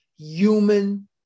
human